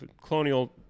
colonial